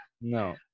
no